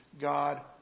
God